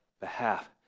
behalf